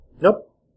Nope